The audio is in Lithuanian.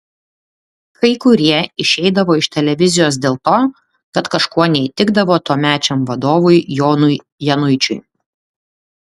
kai kurie išeidavo iš televizijos dėl to kad kažkuo neįtikdavo tuomečiam vadovui jonui januičiui